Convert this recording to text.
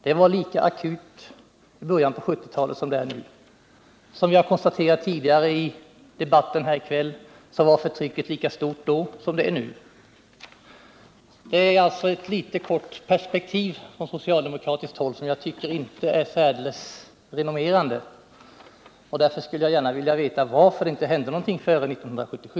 Den var lika akut i början av 1970-talet som den är nu. Som vi har konstaterat tidigare i debatten i dag var förtrycket lika stort då som det är nu. Detta är ett tecken på ett litet väl kort socialdemokratiskt perspektiv, som jag tycker inte är särdeles renommerande. Därför skulle jag gärna vilja veta varför det inte hände någonting före 1977.